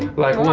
like what?